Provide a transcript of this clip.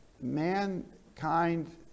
mankind